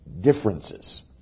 differences